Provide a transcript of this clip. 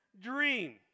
dream